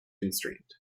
constraint